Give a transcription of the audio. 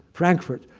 frankfort,